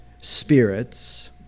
spirits